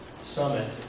summit